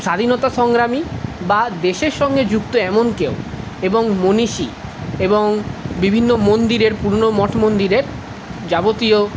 স্বাধীনতাসংগ্রামী বা দেশের সঙ্গে যুক্ত এমন কেউ এবং মনীষী এবং বিভিন্ন মন্দিরের পুরোনো মঠ মন্দিরের যাবতীয়